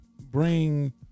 bring